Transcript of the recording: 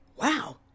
Wow